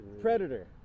Predator